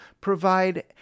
provide